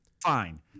fine